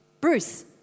Bruce